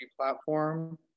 platform